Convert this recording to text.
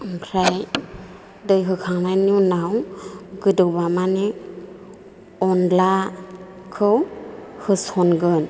ओमफ्राय दै होखांनायनि उनाव गोदौबा माने अनलाखौ होसनगोन